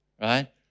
right